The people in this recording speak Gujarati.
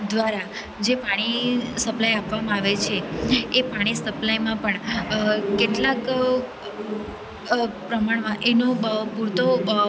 દ્વારા જે પાણી સપ્લાય આપવામાં આવે છે એ પાણી સપ્લાયમાં પણ કેટલાક પ્રમાણમાં એનો પૂરતો